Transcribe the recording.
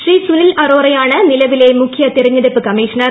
ശ്രീ സുനിൽ അറോ റയാണ് നിലവിലെ മുഖ്യ തിരഞ്ഞെടുപ്പ് കമ്മീഷണർ